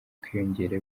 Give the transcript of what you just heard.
kwiyongera